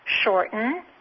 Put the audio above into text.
Shorten